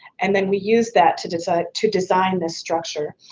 and then we use that to design to design this structure.